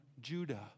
Judah